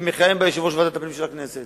שמכהן בה יושב-ראש ועדת הפנים של הכנסת.